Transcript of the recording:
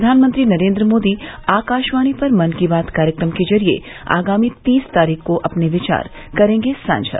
प्रधानमंत्री नरेन्द्र मोदी आकाशवाणी पर मन की बात कार्यक्रम के जरिये आगामी तीस तारीख को अपने विचार करेंगे साझा